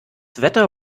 wetter